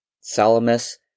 Salamis